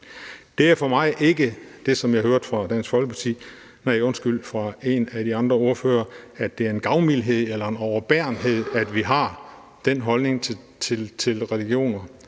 Det er for mig ikke, som jeg hørte det fra en af de andre ordførere, en gavmildhed eller en overbærenhed, at vi har den holdning til religioner,